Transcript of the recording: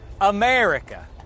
America